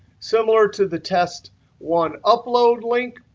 similar to the test one upload link,